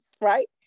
right